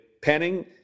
Penning